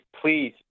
please